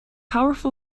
powerful